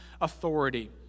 authority